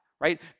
right